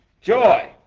Joy